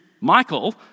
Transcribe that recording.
Michael